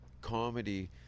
comedy